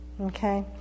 Okay